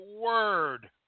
word